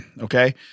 okay